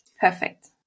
perfect